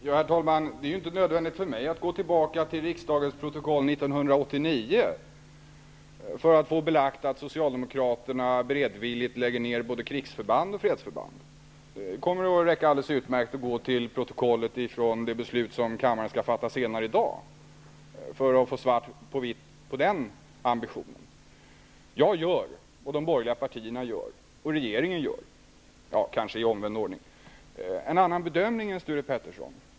Herr talman! Det är inte nödvändigt för mig att gå tillbaka till riksdagens protokoll från 1989 för att få belagt att Socialdemokraterna beredvilligt lägger ned både krigsförband och fredsförband. Det kommer att räcka alldeles utmärkt att gå till protokollet från debatten inför det beslut vi skall fatta senare i dag för att få svart på vitt om den ambitionen. Regeringen, de borgerliga partierna och jag gör en annan bedömning än Sture Ericson.